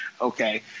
okay